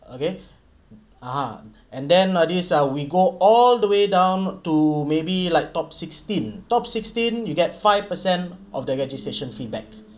okay a'ah and then like this ah we go all the way down to maybe like top sixteen top sixteen you get five percent of the registration feedback